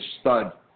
stud